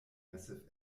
massive